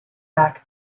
back